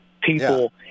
people